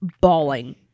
bawling